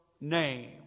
name